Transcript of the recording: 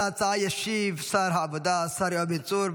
על ההצעה ישיב שר העבודה, השר יואב בן צור.